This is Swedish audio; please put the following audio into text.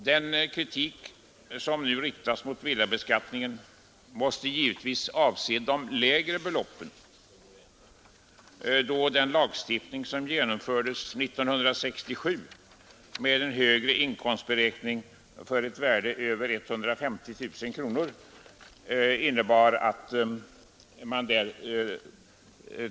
Den kritik som nu riktas mot villabeskattningen måste givetvis avse de lägre beloppen, då den lagstiftning som genomfördes 1967 innebar en högre inkomstberäkning för ett värde över 150 000 kronor.